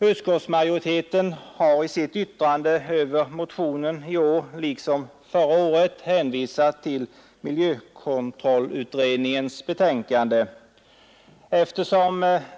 Utskottsmajoriteten har i sitt yttrande över motionen i år liksom förra året hänvisat till miljökontrollutredningens betänkande.